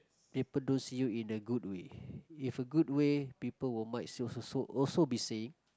people don't see you in a good way if a good way people will might also also be saying